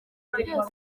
guverinoma